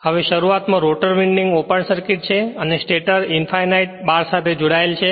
હવે શરૂઆતમાં rotor winding open circuit છે અને સ્ટેટર ઇંફાઇનાઇટ બાર સાથે જોડાયેલ છે